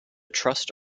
trust